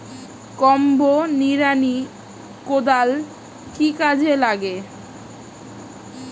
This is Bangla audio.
কম্বো নিড়ানি কোদাল কি কাজে লাগে?